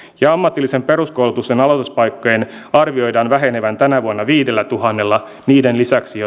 ja ammatillisen peruskoulutuksen aloituspaikkojen arvioidaan vähenevän tänä vuonna viidellätuhannella niiden lisäksi